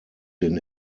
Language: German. den